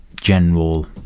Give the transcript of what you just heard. general